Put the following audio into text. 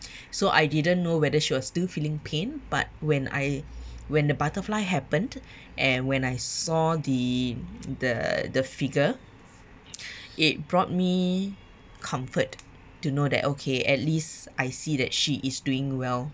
so I didn't know whether she was still feeling pain but when I when the butterfly happened and when I saw the the the figure it brought me comfort to know that okay at least I see that she is doing well